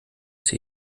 sie